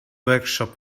workshop